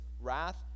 wrath